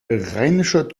rheinischer